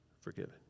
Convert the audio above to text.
forgiven